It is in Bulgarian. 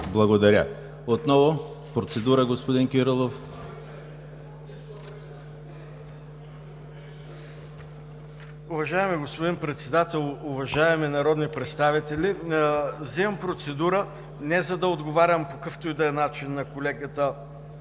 Благодаря. Отново процедура, господин Кирилов. ДАНАИЛ КИРИЛОВ: Уважаеми господин Председател, уважаеми народни представители! Взимам процедура не, за да отговарям по какъвто и да е начин на колегата